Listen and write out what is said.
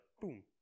boom